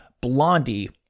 Blondie